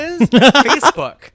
Facebook